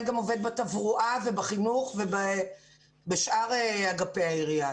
גם עובד בתברואה ובחינוך ובשאר אגפי העירייה.